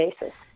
basis